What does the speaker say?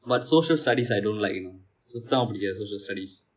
but social studies I don't like you know சுத்தமாக பிடிக்காது:suthamaaka pidikaathu social studies